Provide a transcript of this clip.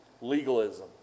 Legalism